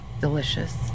Delicious